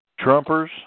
Trumpers